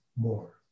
more